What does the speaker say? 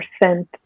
percent